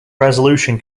resolution